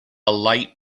light